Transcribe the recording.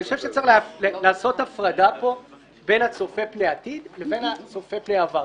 אני חושב שצריך לעשות הפרדה פה בין הצופה פני עתיד לבין הצופה פני עבר.